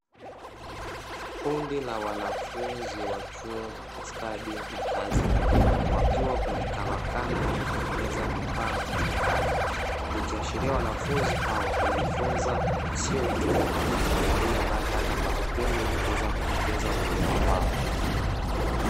Kundi la wanafunzi wa chuo cha stadi na kazi, wakiwa kwenye karakana ya kutengeneza vifaa mbalimbali, ikiashiria wanafunzi hawa hujifunza sio tu kwa nadharia bali hata kwa vitendo, ili kuweza kuongeza uelewa wao.